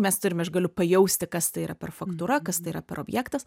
mes turime aš galiu pajausti kas tai yra per faktūra kas tai yra per objektas